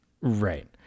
Right